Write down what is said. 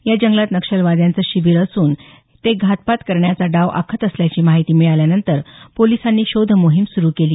या जंगलात नक्षलवाद्यांच शिबिर सुरु असून ते घातपात करण्याचा डाव आखत असल्याची माहिती मिळाल्यानंतर पोलिसांनी शोधमोहीम सुरु केली